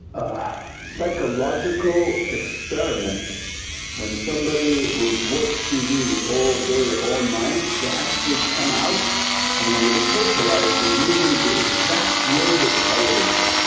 a psychological experiments when somebody who's watched tv all day all night they actually come out and when they socialize they're using the exact words of the television,